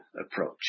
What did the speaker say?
approach